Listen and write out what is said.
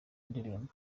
indirimbo